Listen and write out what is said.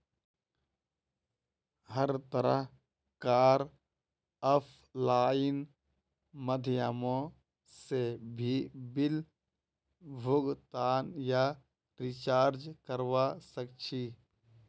हर तरह कार आफलाइन माध्यमों से भी बिल भुगतान या रीचार्ज करवा सक्छी